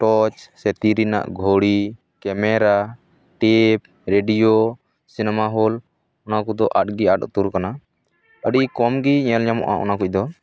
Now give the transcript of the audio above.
torch ᱥᱮ ᱛᱤ ᱨᱮᱱᱟᱜ ᱜᱷᱚᱲᱤ camera tape radio cinema hall ᱚᱱᱟ ᱠᱚᱫᱚ ᱟᱫ ᱜᱮ ᱟᱫ ᱩᱛᱟᱹᱨ ᱟᱠᱟᱱᱟ ᱟᱹᱰᱤ ᱠᱚᱢ ᱜᱮ ᱧᱮᱞ ᱧᱟᱢᱚᱜᱼᱟ ᱚᱱᱟ ᱠᱚᱫᱚ